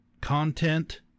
content